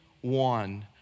one